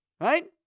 right